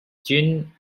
jin